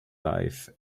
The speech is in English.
life